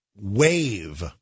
wave